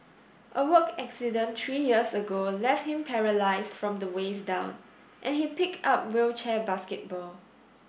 a work accident three years ago left him paralysed from the waist down and he picked up wheelchair basketball